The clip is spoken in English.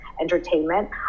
entertainment